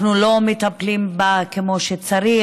אנחנו לא מטפלים בה כמו שצריך,